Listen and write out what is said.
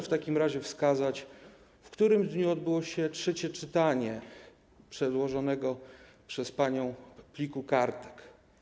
W takim razie proszę wskazać, w którym dniu odbyło się trzecie czytanie przedłożonego przez panią pliku kartek.